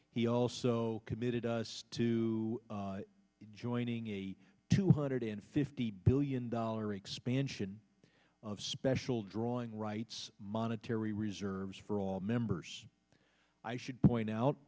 he also committed us to joining a two hundred and fifty billion dollar expansion of special drawing rights monetary reserves for all members i should point out